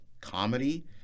comedy